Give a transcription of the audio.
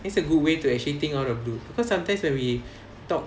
it's a good way to actually think out of blue because some times when we talk